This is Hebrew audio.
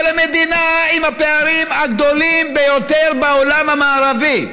אבל המדינה עם הפערים הגדולים ביותר בעולם המערבי.